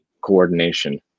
coordination